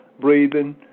breathing